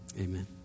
Amen